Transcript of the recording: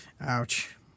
Ouch